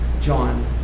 John